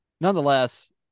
nonetheless